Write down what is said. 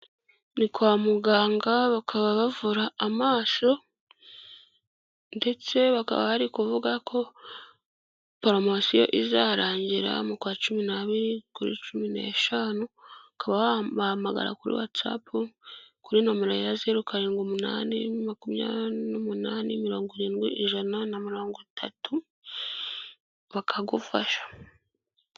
Ni kwa muganga, bakaba bavura amaso, ndetse bakaba bari kuvuga ko poromosiyo izarangira mu kwa cumi n'abiri, kuri cumi n'eshanu, ukaba wabahamagara kuri watsapu kuri nomero ya zeru karindwi umunani makumyabiri n'umunani mirongo irindwi, ijana na mirongo itatu, bakagufasha.